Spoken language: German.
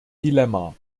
dilemma